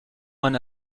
man